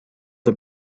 the